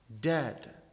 dead